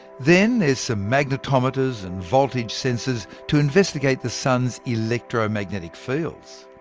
then there's some magnetometers and voltage sensors to investigate the sun's electromagnetic fields.